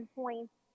points